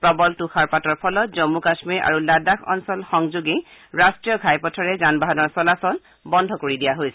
প্ৰবল তুষাৰপাতৰ ফলত জম্মু কাশ্মীৰ আৰু লাডাখ অঞ্চলত সংযোগী ৰাষ্ট্ৰীয় ঘাইপথেৰে যানবাহনৰ চলাচল বন্ধ কৰি দিয়া হৈছে